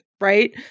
right